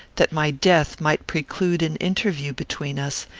that my death might preclude an interview between us,